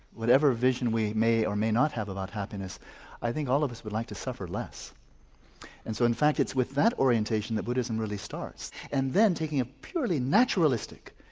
whatever vision we may or may not have about happiness i think all of us would like to suffer less and so in fact it's with that orientation that buddhism really starts. and then, taking ah a naturalistic,